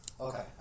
Okay